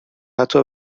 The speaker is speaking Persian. حتی